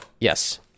Yes